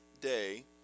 day